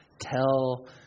tell